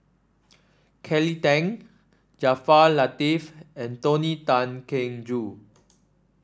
Kelly Tang Jaafar Latiff and Tony Tan Keng Joo